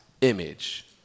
image